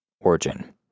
origin